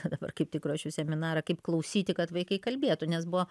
dabar kaip tik ruošiu seminarą kaip klausyti kad vaikai kalbėtų nes buvo